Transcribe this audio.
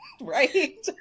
right